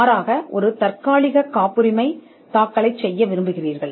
எனவே நீங்கள் தற்காலிகமாக தாக்கல் செய்யும் காப்புரிமை தேடல் அறிக்கையில் இறங்க மாட்டீர்கள்